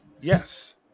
yes